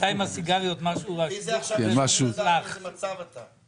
עכשיו יהיה אפשר לדעת באיזה מצב אתה.